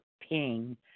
ping